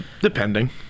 depending